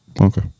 Okay